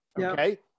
okay